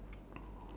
ya